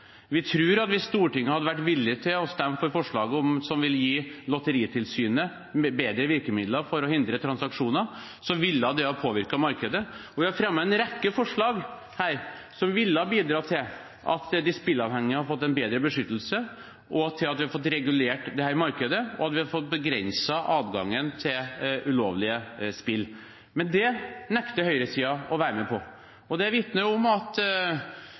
Vi tror at hvis Stortinget hadde vært villig til å stemme for forslaget som vil gi Lotteritilsynet bedre virkemidler for å hindre transaksjoner, ville det ha påvirket markedet. Vi har fremmet en rekke forslag her som ville ha bidratt til at de spilleavhengige hadde fått en bedre beskyttelse, til at vi har fått regulert dette markedet, og til at vi har fått begrenset adgangen til ulovlige spill. Men det nekter høyresiden å være med på. Det vitner om at